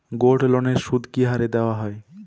গোল্ডলোনের সুদ কি হারে দেওয়া হয়?